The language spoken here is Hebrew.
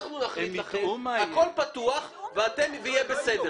אנחנו נחליט לכם, הכל פתוח, יהיה בסדר.